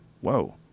Whoa